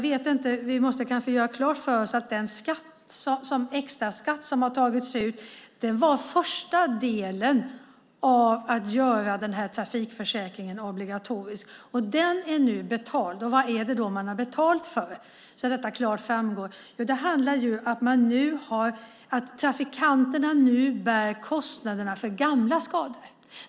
Vi måste kanske göra klart för oss att den extraskatt som har tagits ut var första delen av att göra trafikförsäkringen obligatorisk. Den är nu betald. Vad är det då man har betalat för? Det behöver framgå klart. Jo, det handlar om att trafikanterna nu bär kostnaderna för gamla skador.